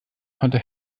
konnte